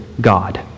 God